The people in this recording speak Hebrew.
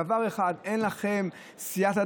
דבר אחד, אין לכם סייעתא